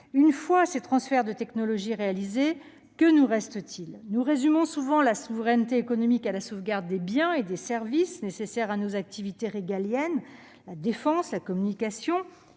Une fois ces transferts de technologie réalisés, que nous restera-t-il ? Nous résumons souvent la souveraineté économique à la sauvegarde des biens et des services nécessaires à nos activités régaliennes : à la défense, aux communications,